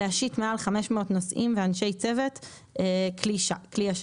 להשיט מעל 500 נוסעים ואנשי צוות כלי השליט,